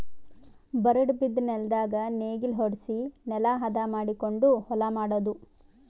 ಬರಡ್ ಬಿದ್ದ ನೆಲ್ದಾಗ ನೇಗಿಲ ಹೊಡ್ಸಿ ನೆಲಾ ಹದ ಮಾಡಕೊಂಡು ಹೊಲಾ ಮಾಡದು